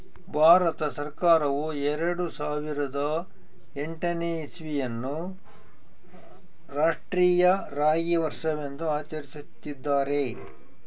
ಭಾರತ ಸರ್ಕಾರವು ಎರೆಡು ಸಾವಿರದ ಎಂಟನೇ ಇಸ್ವಿಯನ್ನು ಅನ್ನು ರಾಷ್ಟ್ರೀಯ ರಾಗಿ ವರ್ಷವೆಂದು ಆಚರಿಸುತ್ತಿದ್ದಾರೆ